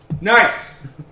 Nice